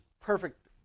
perfect